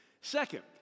Second